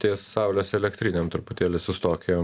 ties saulės elektrinėm truputėlį sustokim